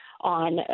on